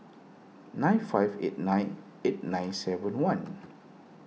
nine five eight nine eight nine seven one